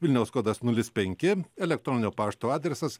vilniaus kodas nulis penki elektroninio pašto adresas